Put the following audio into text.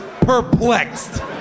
perplexed